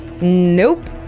Nope